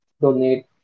donate